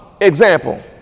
Example